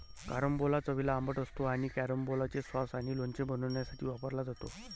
carambola चवीला आंबट असतो आणि कॅरंबोलाचे सॉस आणि लोणचे बनवण्यासाठी वापरला जातो